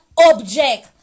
object